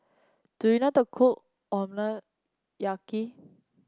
do you not a cook